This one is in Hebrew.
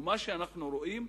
ומה שאנחנו רואים,